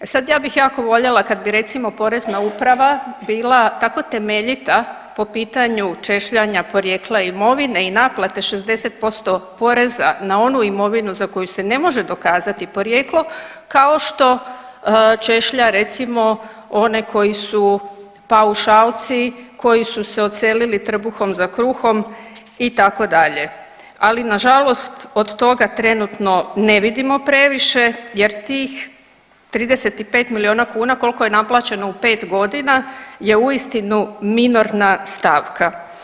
E sad ja bih jako voljela kad bi recimo Porezna uprava bila tako temeljita po pitanju češljanja porijekla imovine i naplate 60% poreza na onu imovinu za koju se ne može dokazati porijeklo kao što češlja recimo one koji su paušalci, koji su se odselili trbuhom za kruhom itd., ali nažalost od toga trenutno ne vidimo previše jer tih 35 milijuna kuna kolko je naplaćeno u 5.g. je uistinu minorna stavka.